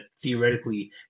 theoretically